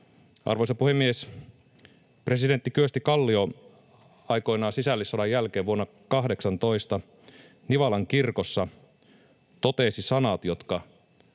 Arvoisa puhemies! Presidentti Kyösti Kallio aikoinaan sisällissodan jälkeen vuonna 18 Nivalan kirkossa totesi sanat, jotka